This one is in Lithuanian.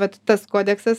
vat tas kodeksas